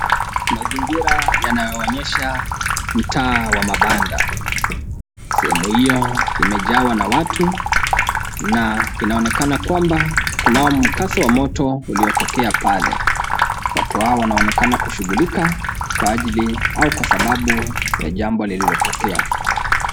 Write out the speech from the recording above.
Mazingira yanayoonyesha mtaa wa mabada. Sehemu iyo imejawa na watu na inaonekana kwamba kunao mkasa wa moto uliotokea pale. Watu hawa wanaonekana kushughulika kwa ajili au kwa sababu ya jambo lililotokea.